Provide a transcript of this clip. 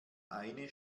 eine